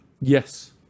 Yes